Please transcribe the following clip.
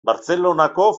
bartzelonako